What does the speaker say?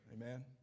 Amen